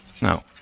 No